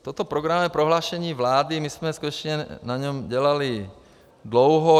Toto programové prohlášení vlády, my jsme skutečně na něm dělali dlouho.